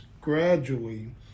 Gradually